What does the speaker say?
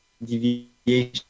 Deviation